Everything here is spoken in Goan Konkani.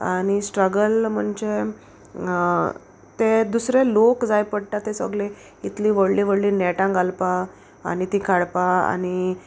आनी स्ट्रगल म्हणजे ते दुसरे लोक जाय पडटा तें सोगलें इतली व्हडलीं व्हडलीं नॅटां घालपा आनी तीं काडपा आनी